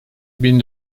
bin